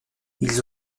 ils